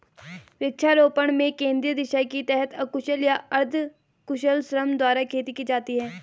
वृक्षारोपण में केंद्रीय दिशा के तहत अकुशल या अर्धकुशल श्रम द्वारा खेती की जाती है